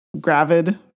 gravid